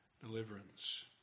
deliverance